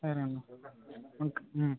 సరేనండి ఉంటాను